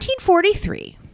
1943